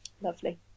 Lovely